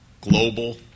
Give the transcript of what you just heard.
global